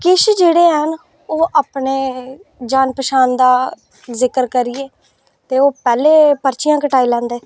किश जेह्ड़े हैन ओह् अपने जान पंछान दा जिकर करियै ते ओह् पैह्लें पर्चियां कटाई लैंदे